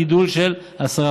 גידול של 10%;